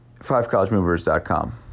fivecollegemovers.com